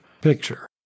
picture